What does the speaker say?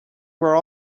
were